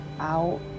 out